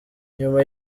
nyuma